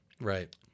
Right